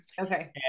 okay